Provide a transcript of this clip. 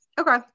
Okay